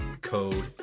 Code